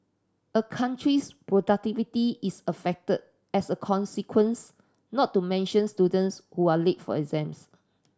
a country's productivity is affected as a consequence not to mention students who are late for exams